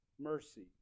mercy